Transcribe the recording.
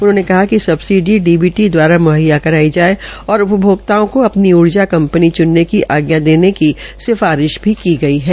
उन्होंने कहा कि सबसिडी डीबीटी दवारा मुहैया करवाई जाये और उपभोक्ताओं को अपनी ऊर्जा कंपनी चुनने की आज्ञा देने की सिफारिश भी की गई है